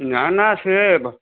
ନାଁ ନାଁ ସେ